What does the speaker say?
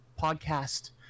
podcast